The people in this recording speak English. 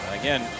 again